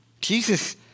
Jesus